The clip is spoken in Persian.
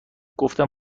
گفتم